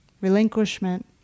relinquishment